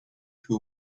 who